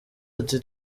ati